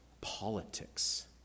politics